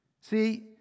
See